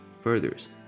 furthers